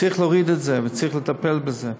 צריך להוריד את זה וצריך לטפל בזה.